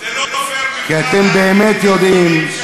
כי אתם באמת יודעים,